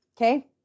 okay